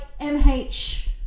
mh